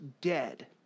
dead